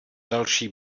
další